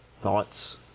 Thoughts